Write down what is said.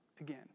again